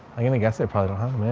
i'm going to guess they probably don't